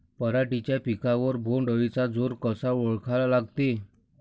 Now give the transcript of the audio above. पराटीच्या पिकावर बोण्ड अळीचा जोर कसा ओळखा लागते?